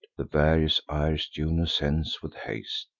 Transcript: the various iris juno sends with haste,